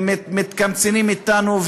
ומתקמצנים אתנו,